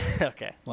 Okay